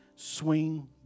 Swing